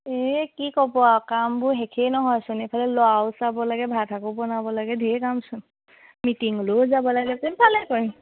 এই কি ক'ব আৰু কামবোৰ শেষেই নহয়চোন এইফালে ল'ৰাও চাব লাগে ভাত শাকো বনাব লাগে ধেই কামচোন মিটিঙলৈও যাব লাগে কোনফালে কৰিম